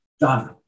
Done